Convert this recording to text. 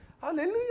Hallelujah